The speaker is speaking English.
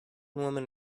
woman